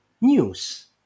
news